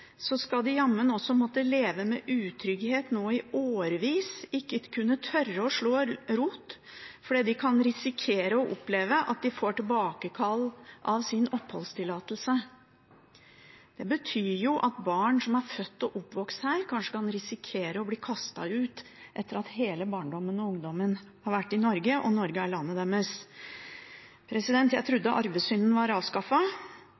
skal de jammen også måtte leve med utrygghet nå i årevis. De skal ikke kunne tørre å slå rot, fordi de kan risikere å oppleve å få tilbakekall av sin oppholdstillatelse. Det betyr at barn som er født og oppvokst her, kanskje kan risikere å bli kastet ut etter at hele barndommen og ungdommen deres har vært i Norge, og Norge er landet